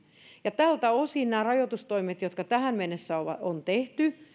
tältä osin näistä rajoitustoimista jotka tähän mennessä on tehty